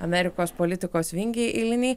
amerikos politikos vingiai eiliniai